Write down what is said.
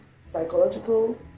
psychological